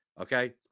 Okay